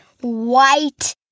White